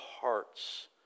hearts